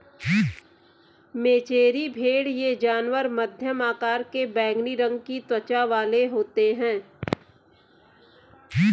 मेचेरी भेड़ ये जानवर मध्यम आकार के बैंगनी रंग की त्वचा वाले होते हैं